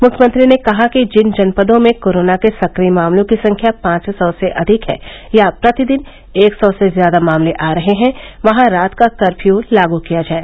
मुख्यमंत्री ने कहा कि जिन जनपदों में कोरोना के सक्रिय मामलों की संख्या पांच सौ से अधिक है या प्रतिदिन एक सौ से ज्यादा मामले आ रहे हैं वहां रात का कफर्यू लागू किया जाए